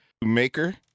maker